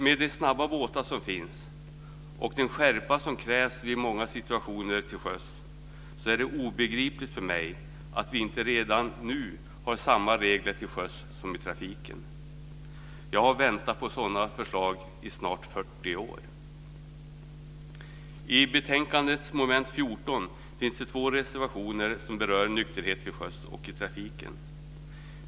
Med de snabba båtar som finns och den skärpa som krävs vid många situationer till sjöss är det obegripligt för mig att vi inte redan nu har samma regler till sjöss som i trafiken. Jag har väntat på sådana förslag i snart 40 år. Till betänkandets moment 14 finns två reservationer som berör nykterhet till sjöss och i trafiken.